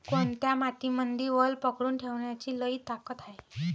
कोनत्या मातीमंदी वल पकडून ठेवण्याची लई ताकद हाये?